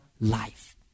life